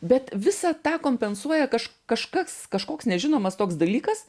bet visą tą kompensuoja kaž kažkas kažkoks nežinomas toks dalykas